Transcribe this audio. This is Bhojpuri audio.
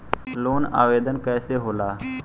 लोन आवेदन कैसे होला?